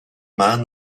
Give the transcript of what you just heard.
man